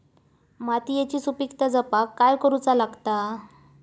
मातीयेची सुपीकता जपाक काय करूचा लागता?